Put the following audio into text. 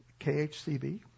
KHCB